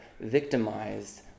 victimized